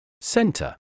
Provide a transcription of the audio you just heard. center